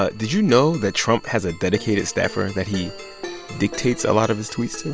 ah did you know that trump has a dedicated staffer that he dictates a lot of his tweets to?